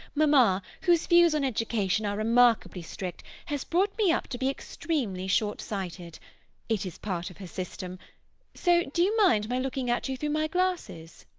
mamma, whose views on education are remarkably strict, has brought me up to be extremely short-sighted it is part of her system so do you mind my looking at you through my glasses?